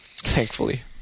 Thankfully